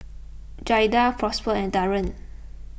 Jaida Prosper and Darien